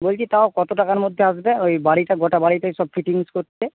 বলছি তাও কত টাকার মধ্যে আসবে ওই বাড়িটা গোটা বাড়িটায় সব ফিটিংস করতে